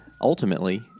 ultimately